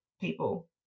people